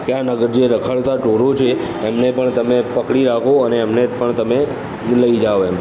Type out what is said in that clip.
કે આ નગર રખડતાં જે ઢોરો છે એમને પણ તમે પકડી રાખો અને એમને પણ તમે લઈ જાઓ એમ